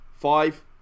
Five